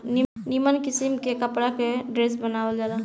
निमन किस्म के कपड़ा के ड्रेस बनावल जाला